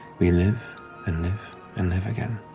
we live and live and live again,